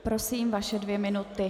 Prosím, vaše dvě minuty.